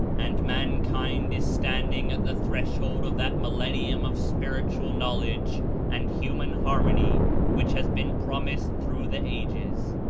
and mankind is stand ing at the threshold of that millenlum of spiritual knowledge and human harmony which has been promised through the ages.